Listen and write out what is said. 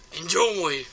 enjoy